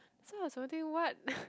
so I was wondering what